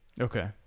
Okay